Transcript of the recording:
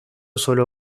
sólo